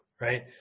right